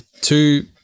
two